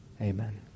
Amen